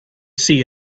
see